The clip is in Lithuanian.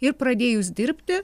ir pradėjus dirbti